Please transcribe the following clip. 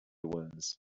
was